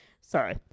Sorry